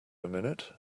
minute